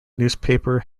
newspaper